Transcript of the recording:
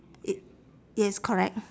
it yes correct